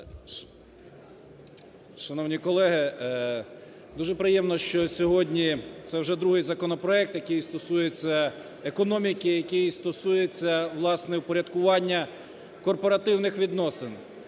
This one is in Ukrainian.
Шановні колеги, дуже приємно, що сьогодні це вже другий законопроект, який стосується економіки, який стосується, власне, упорядкування корпоративних відносин.